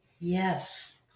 yes